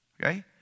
Okay